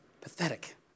Pathetic